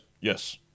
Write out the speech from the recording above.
yes